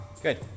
good